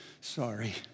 Sorry